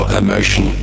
emotion